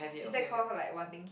is that called her like wanting